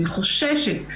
אני חוששת,